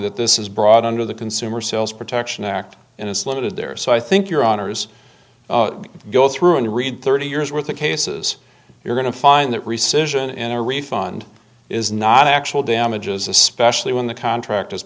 that this is brought under the consumer sales protection act and it's limited there so i think your honour's go through and read thirty years worth of cases you're going to find that recession in a refund is not actual damages especially when the contract has